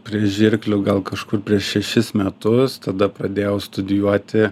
prie žirklių gal kažkur prieš šešis metus tada pradėjau studijuoti